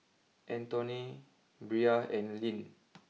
Antone Brea and Lynn